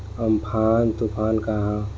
Amphan तुफान का ह?